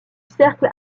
cercle